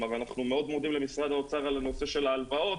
אנחנו מאוד מודים למשרד האוצר על הנושא של ההלוואות